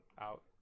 out